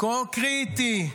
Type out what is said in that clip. כה קריטי,